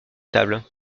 table